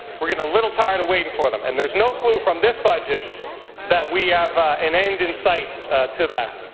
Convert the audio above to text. we're getting a little tired of waiting for them. and there's no proof from this budget that we have an end in sight to that.